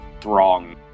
throng